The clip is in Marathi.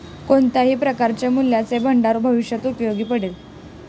कोणत्याही प्रकारचे मूल्याचे भांडार भविष्यात उपयोगी पडेल